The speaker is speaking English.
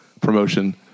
promotion